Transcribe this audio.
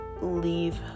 leave